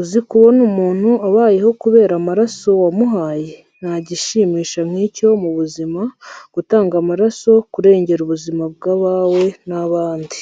uzi kubona umuntu abayeho kubera amaraso wamuhaye, nta gishimisha nk'icyo mu buzima, gutanga amaraso, kurengera ubuzima bw'abawe n'ababandi.